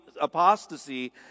apostasy